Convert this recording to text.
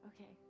Okay